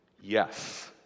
Yes